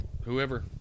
whoever